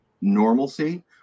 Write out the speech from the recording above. normalcy